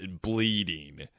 bleeding